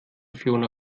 fiona